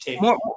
more